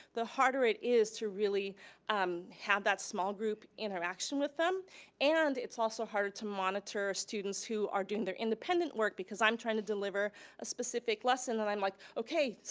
the harder it is to really um have that small group interaction with them and it's also harder to monitor students who are doing their independent work because i'm trying to deliver a specific lesson, and i'm like, okay,